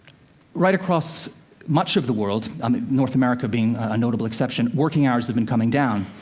right across much of the world i mean north america being a notable exception working hours have been coming down.